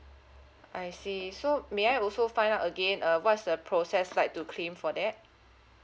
I see so may I also find out again uh what's the process like to claim for that